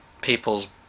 people's